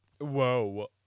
Whoa